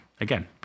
Again